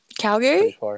Calgary